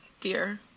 dear